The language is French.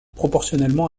proportionnellement